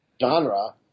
genre